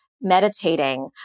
meditating